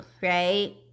right